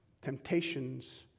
Temptations